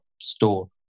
store